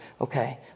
okay